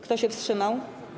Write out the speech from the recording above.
Kto się wstrzymał?